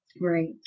Right